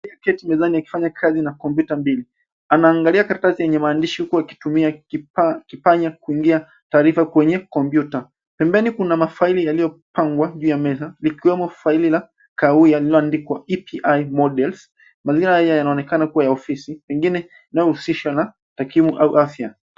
Aliyeketi mezani na kufanya kazi na kompyuta mbili. Anaangalia karatasi yenye maandishi huku akitumia kipanya kuingia taarifa kwenye kompyuta. Pembeni kuna mafaili yaliyopangwa juu ya meza, vikowemo faili la kahawia lililoandikwa EPI Models. Majina haya yanaonekana kuwa ya ofisi, pengine inayohuisisha na takwimu au afya.